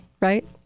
right